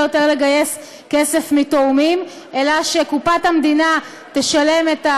יותר לגייס כסף מתורמים אלא קופת המדינה תשלם,